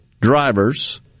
drivers